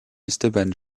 esteban